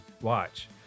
watch